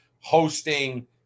hosting